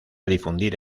difundir